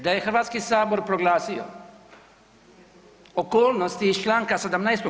Da je Hrvatski sabor proglasio okolnosti iz Članka 17.